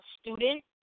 student